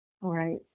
Right